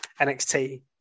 NXT